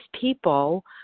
people